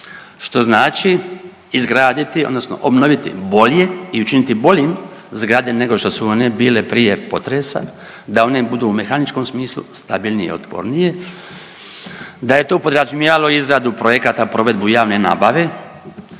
što znači izgraditi odnosno obnoviti bolje i učiniti boljim zgrade nego što su one bile prije potresa, da one budu u mehaničkom smislu stabilnije i otpornije, da je tu podrazumijevalo izradu projekata, provedbu javne nabave,